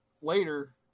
later